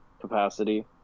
capacity